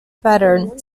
pattern